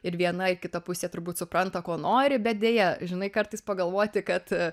ir viena ir kita pusė turbūt supranta ko nori bet deja žinai kartais pagalvoti kad